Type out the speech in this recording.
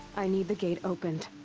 i need the gate opened.